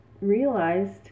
realized